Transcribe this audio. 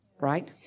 right